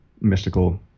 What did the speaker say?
mystical